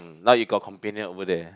mm now you got companion over there